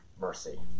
mercy